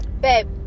babe